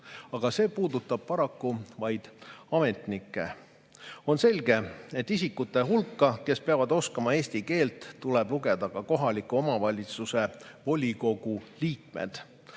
Aga see puudutab paraku vaid ametnikke. On selge, et isikute hulka, kes peavad oskama eesti keelt, tuleb lugeda ka kohaliku omavalitsuse volikogu liikmed.